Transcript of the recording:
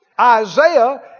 Isaiah